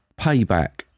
Payback